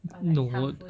no